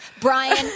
brian